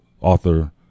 author